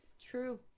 True